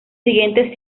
siguientes